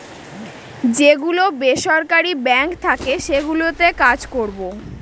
যে গুলো বেসরকারি বাঙ্ক থাকে সেগুলোতে কাজ করবো